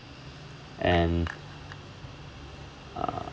and uh